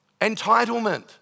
entitlement